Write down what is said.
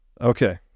Okay